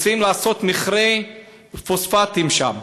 רוצים לעשות מכרה פוספטים שם.